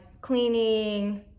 cleaning